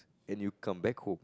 and you come back home